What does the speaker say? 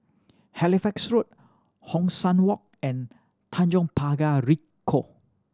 Halifax Road Hong San Walk and Tanjong Pagar Ricoh